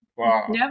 wow